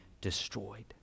destroyed